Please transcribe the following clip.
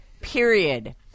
Period